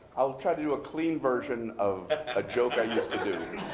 i'll try to do a clean version of a joke i used to do.